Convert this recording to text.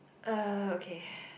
uh okay